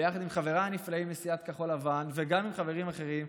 ביחד עם חבריי הנפלאים מסיעת כחול לבן וגם עם חברים אחרים,